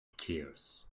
tears